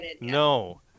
No